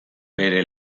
bere